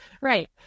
Right